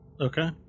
Okay